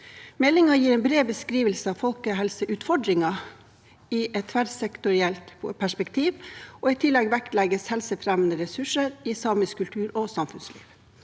Meldingen gir en bred beskrivelse av folkehelseutfordringer i et tverrsektorielt perspektiv, og i tillegg vektlegges helsefremmende ressurser i samisk kultur og samfunn.